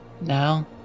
now